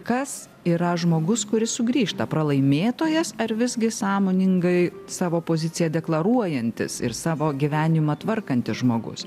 kas yra žmogus kuris sugrįžta pralaimėtojas ar visgi sąmoningai savo poziciją deklaruojantis ir savo gyvenimą tvarkantis žmogus